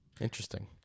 Interesting